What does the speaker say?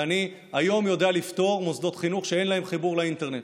ואני היום יודע לפתור למוסדות חינוך שאין להם חיבור לאינטרנט.